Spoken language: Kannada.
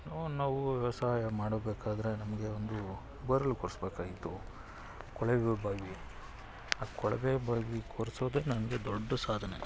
ನಾವು ವ್ಯವಸಾಯ ಮಾಡಬೇಕಾದರೆ ನಮಗೆ ಒಂದು ಬೋರ್ವೆಲ್ ಕೊರೆಸ್ಬೇಕಾಗಿತ್ತು ಕೊಳವೆ ಬಾವಿ ಆ ಕೊಳವೆ ಬಾವಿ ಕೊರೆಸೋದೇ ನನಗೆ ದೊಡ್ಡ ಸಾಧನೆ